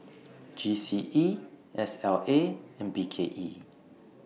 G C E S L A and B K E